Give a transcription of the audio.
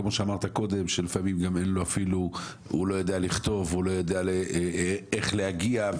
שכמו שאמרת קודם לפעמים הוא לא יודע לכתוב והוא לא יודע איך להגיע,